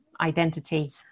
identity